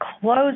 close